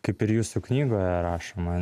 kaip ir jūsų knygoje rašoma